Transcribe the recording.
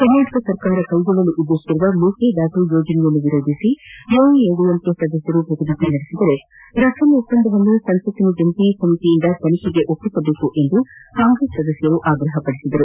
ಕರ್ನಾಟಕ ಸರ್ಕಾರ ಕೈಗೊಳ್ಳಲು ಉದ್ದೇತಿಸಿರುವ ಮೇಕೆದಾಟು ಯೋಜನೆಯನ್ನು ವಿರೋಧಿಸಿ ಎಐಎಡಿಎಂಕೆ ಸದಸ್ಯರು ಪ್ರತಿಭಟನೆ ನಡೆಸಿದರೆ ರಾಫೆಲ್ ಒಪ್ಪಂದವನ್ನು ಸಂಸತ್ತಿನ ಜಂಟ ಸಮಿತಿಯಿಂದ ತನಿಖೆಗೆ ಒಪ್ಪಿಸಬೇಕೆಂದು ಕಾಂಗ್ರೆಸ್ ಸದಸ್ದರು ಆಗ್ರಹಿಸಿದರು